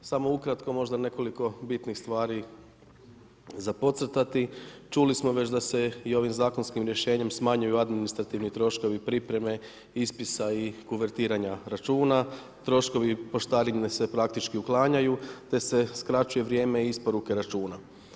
Samo ukratko možda nekoliko bitnih stvari za podcrtati, čuli smo već da se i ovim zakonskim rješenjem smanjuju administrativni troškovi pripreme ispisa i kuvertiranja računa, troškovi poštarine se praktički uklanjaju, te se skraćuje vrijeme isporuke računa.